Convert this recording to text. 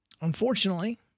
Unfortunately